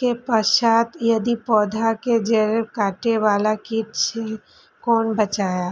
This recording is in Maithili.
के पश्चात यदि पोधा के जैड़ काटे बाला कीट से कोना बचाया?